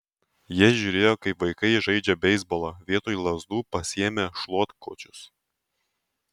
jie žiūrėjo kaip vaikai žaidžia beisbolą vietoj lazdų pasiėmę šluotkočius